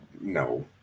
no